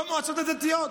במועצות הדתיות.